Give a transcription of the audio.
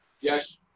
Yes